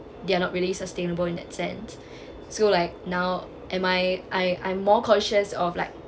they are not really sustainable in that sense so like now am I I I'm more cautious of like